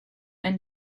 and